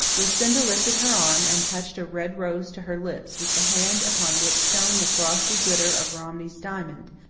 lucinda lifted her arm and touched a red rose to her lips with the hand upon which shone the frosty glitter of romney's diamond,